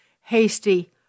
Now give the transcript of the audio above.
hasty